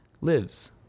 lives